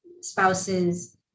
spouses